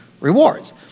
rewards